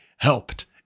helped